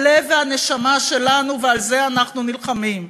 הלב והנשמה שלנו, ועל זה אנחנו נלחמים.